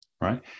right